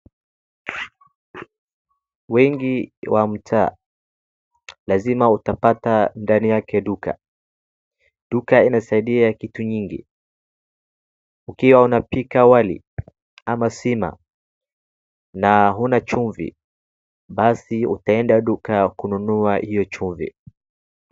Wengi wa mtaa, lazima utapata ndani yake duka .Duka inasaidia kitu nyingi ukiwa unapika wali ama sima na huna chumvi basi utaenda duka kununua hiyo chumvi.